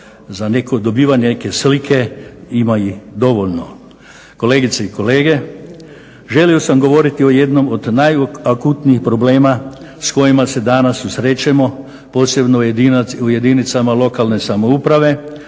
za dobivanje neke slike ima ih dovoljno. Kolegice i kolege, želio sam govoriti o jednom od najakutnijih problema s kojima se danas susrećemo posebno u jedinicama lokalne samouprave,